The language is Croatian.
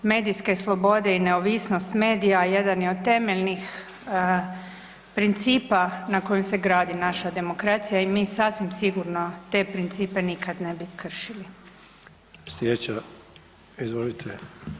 Medijske slobode i neovisnost medija jedan je od temeljnih principa na kojem se gradi naša demokracija i mi sasvim sigurno te principe nikad ne bi kršili.